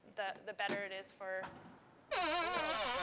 the the better it is for the world.